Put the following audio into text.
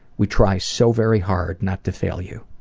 we try so very hard not to fail you.